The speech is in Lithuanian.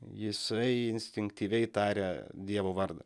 jisai instinktyviai taria dievo vardą